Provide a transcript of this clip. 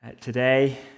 today